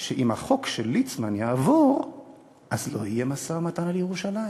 שאם החוק של ליצמן יעבור אז לא יהיה משא-ומתן על ירושלים.